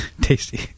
Tasty